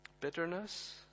Bitterness